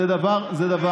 דרך אגב, "פקיד" זה מלשון